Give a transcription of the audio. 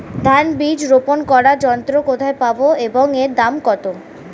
ধান বীজ রোপন করার যন্ত্র কোথায় পাব এবং এর দাম কত?